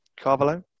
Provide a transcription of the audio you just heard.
Carvalho